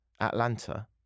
Atlanta